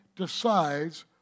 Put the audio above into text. Decides